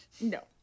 no